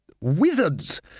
wizards